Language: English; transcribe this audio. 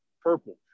purple